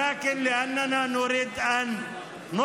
אלא משום שאנחנו רוצים להפיל את הממשלה